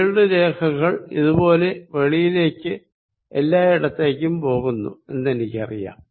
field രേഖകൾ ഇതുപോലെ വെളിയിലേക്ക് എല്ലായിടത്തേക്കും പോകുന്നു എന്നെനിക്കറിയാം